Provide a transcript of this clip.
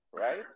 right